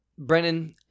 Brennan